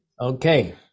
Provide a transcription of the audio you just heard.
Okay